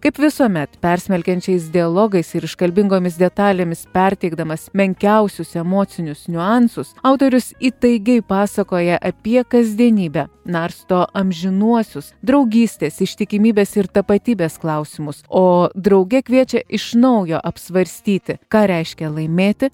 kaip visuomet persmelkiančiais dialogais ir iškalbingomis detalėmis perteikdamas menkiausius emocinius niuansus autorius įtaigiai pasakoja apie kasdienybę narsto amžinuosius draugystės ištikimybės ir tapatybės klausimus o drauge kviečia iš naujo apsvarstyti ką reiškia laimėti